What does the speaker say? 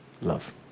love